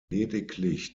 lediglich